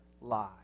lie